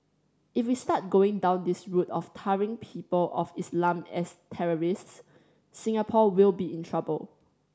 if we start going down this route of tarring people of Islam as terrorists Singapore will be in trouble